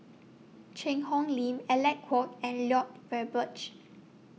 Cheang Hong Lim Alec Kuok and Lloyd Valberg